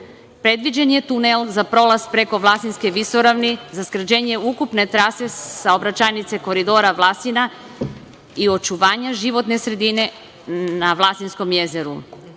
periodu. Predviđen je tunel za prolaz preko Vlasinske visoravni za skraćenje ukupnu trase saobraćajnice Koridora Vlasina i očuvanja životne sredine na Vlasinskom jezeru.